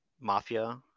mafia